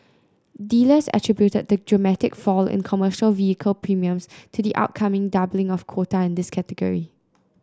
dealers attributed the dramatic fall in commercial vehicle premiums to the upcoming doubling of quota in this category